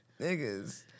niggas